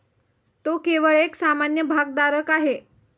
तो केवळ एक सामान्य भागधारक आहे